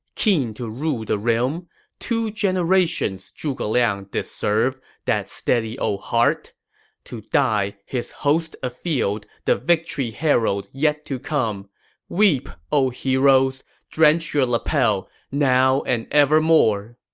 keen to rule the realm two generations zhuge liang did serve that steady old heart to die, his host afield, the victory herald yet to come weep, o heroes! drench your lapel, now and evermore